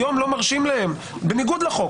היום לא מרשים להן, בניגוד לחוק.